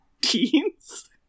teens